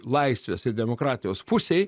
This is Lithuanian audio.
laisvės ir demokratijos pusėj